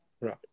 Right